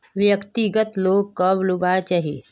व्यक्तिगत लोन कब लुबार चही?